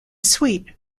sweet